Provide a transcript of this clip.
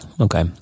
Okay